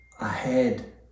ahead